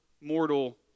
mortal